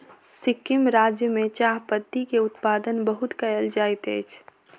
सिक्किम राज्य में चाह पत्ती के उत्पादन बहुत कयल जाइत अछि